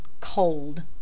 cold